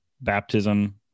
baptism